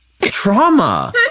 trauma